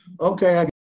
Okay